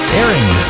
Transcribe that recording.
airing